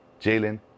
Jalen